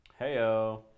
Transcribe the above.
heyo